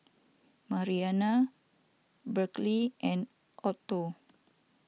Marianna Berkley and Otho